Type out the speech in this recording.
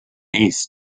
east